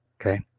okay